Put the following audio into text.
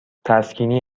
تسکینی